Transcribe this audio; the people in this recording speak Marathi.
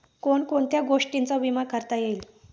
कोण कोणत्या गोष्टींचा विमा करता येईल?